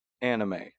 anime